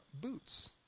boots